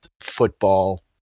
football